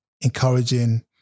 encouraging